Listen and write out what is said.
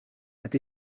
het